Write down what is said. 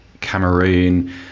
cameroon